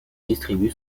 distribue